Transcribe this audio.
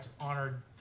honored